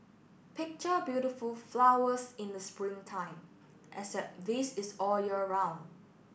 picture beautiful flowers in the spring time except this is all year round